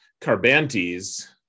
Carbantes